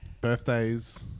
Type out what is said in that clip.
birthdays